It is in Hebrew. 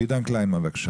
אני מתנצל.